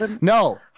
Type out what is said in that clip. No